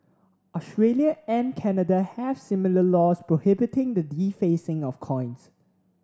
Australia and Canada have similar laws prohibiting the defacing of coins